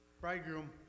bridegroom